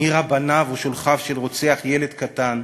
מי רבניו או שולחיו של רוצח ילד קטן,